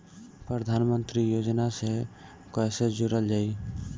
प्रधानमंत्री योजना से कैसे जुड़ल जाइ?